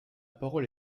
parole